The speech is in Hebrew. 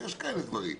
יש כאלה דברים.